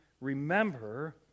remember